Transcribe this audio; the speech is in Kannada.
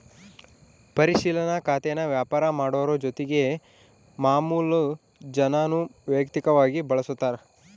ಪರಿಶಿಲನಾ ಖಾತೇನಾ ವ್ಯಾಪಾರ ಮಾಡೋರು ಜೊತಿಗೆ ಮಾಮುಲು ಜನಾನೂ ವೈಯಕ್ತಕವಾಗಿ ಬಳುಸ್ತಾರ